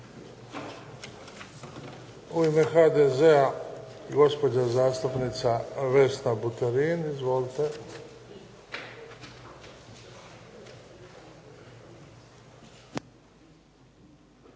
U ime HDZ-a, gospođa zastupnica Vesna Buterin. Izvolite.